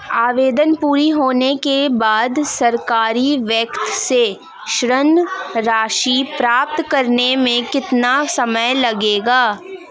आवेदन पूरा होने के बाद सरकारी बैंक से ऋण राशि प्राप्त करने में कितना समय लगेगा?